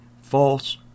false